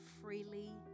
freely